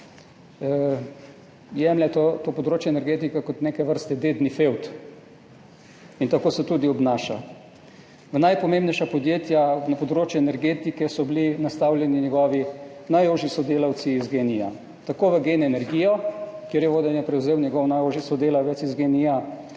jemlje to področje energetike kot neke vrste dedni fevd in tako se tudi obnaša. V najpomembnejša podjetja na področju energetike so bili nastavljeni njegovi najožji sodelavci iz GEN-I, tako v GEN energijo, kjer je vodenje prevzel njegov najožji sodelavec iz GEN-I,